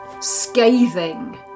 scathing